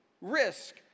Risk